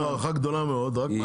יש לנו הערכה גדולה מאוד, רק מה?